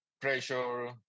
pressure